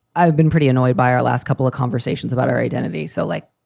i've been pretty annoyed by our last couple of conversations about our identity. so, like,